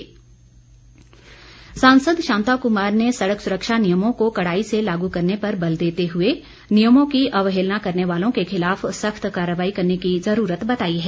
शांता कुमार सांसद शांता कुमार ने सड़क सुरक्षा नियमों को कड़ाई से लागू करने पर बल देते हुए नियमों की अवहेलना करने वालों के खिलाफ सख्त कार्रवाई करने की जरूरत बताई है